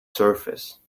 surface